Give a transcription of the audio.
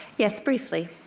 yes, briefly.